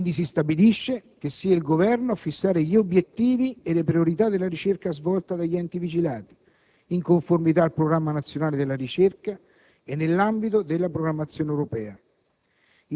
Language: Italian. quindi si stabilisce che sia il Governo a fissare gli obiettivi e le priorità della ricerca svolta dagli enti vigilati, in conformità al programma nazionale della ricerca e nell'ambito della programmazione europea.